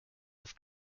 with